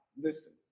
Listen